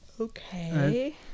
Okay